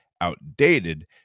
outdated